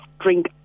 drink